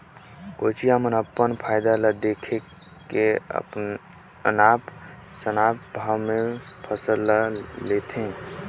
कोचिया मन अपन फायदा ल देख के अनाप शनाप भाव में फसल ल लेथे